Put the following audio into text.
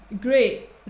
Great